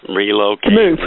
relocate